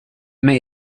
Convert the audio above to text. may